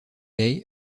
lay